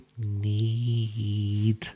need